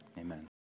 Amen